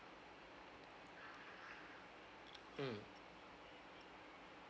mm